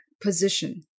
position